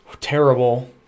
terrible